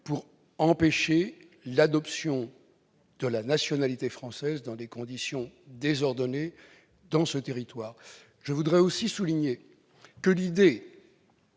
pour empêcher l'acquisition de la nationalité française dans des conditions désordonnées sur ce territoire. Je veux aussi souligner que l'idée,